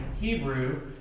Hebrew